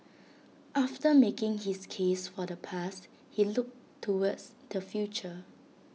after making his case for the past he looked towards the future